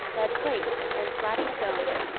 lead plates, and slaty stone.